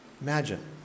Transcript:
Imagine